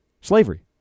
slavery